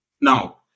Now